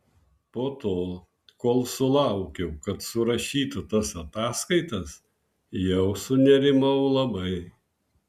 po to kol sulaukiau kad surašytų tas ataskaitas jau sunerimau labai